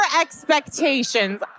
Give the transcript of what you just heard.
expectations